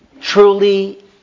truly